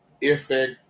Effect